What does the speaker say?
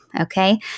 okay